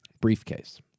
Briefcase